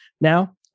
Now